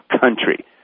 country